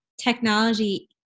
technology